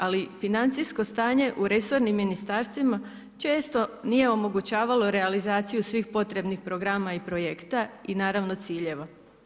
Ali financijsko stanje u resornim ministarstvima često nije omogućavalo realizaciju svih potrebnih programa i projekta i naravno ciljeva.